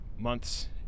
months